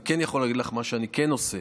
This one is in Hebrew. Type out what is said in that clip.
אני יכול להגיד לך מה אני כן עושה,